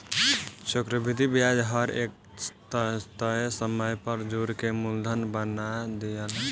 चक्रविधि ब्याज हर एक तय समय पर जोड़ के मूलधन बना दियाला